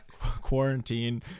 quarantine